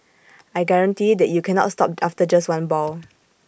I guarantee that you cannot stop after just one ball